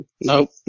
Nope